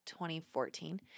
2014